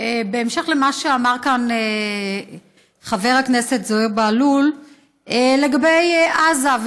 בהמשך למה שאמר כאן חבר הכנסת זוהיר בהלול לגבי עזה,